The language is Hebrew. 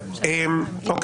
אני